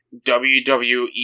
WWE